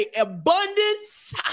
abundance